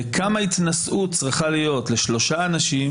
וכמה התנשאות צריכה להיות לשלושה אנשים